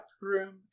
room